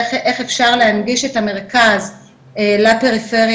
איך אפשר להנגיש את המרכז לפריפריה,